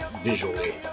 visually